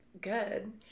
good